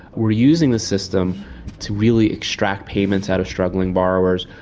were using the system to really extract payments out of struggling borrowers,